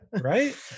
right